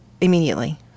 immediately